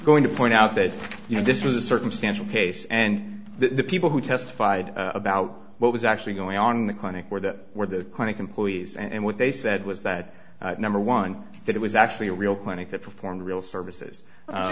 going to point out that you know this is a circumstantial case and the people who testified about what was actually going on in the clinic where that were the clinic employees and what they said was that number one that it was actually a real clinic that performed real services